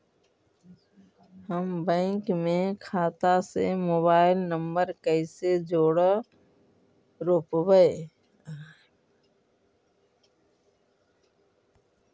हम बैंक में खाता से मोबाईल नंबर कैसे जोड़ रोपबै?